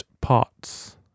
parts